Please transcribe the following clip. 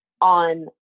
on